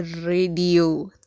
Radio